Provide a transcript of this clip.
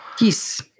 Yes